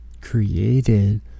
created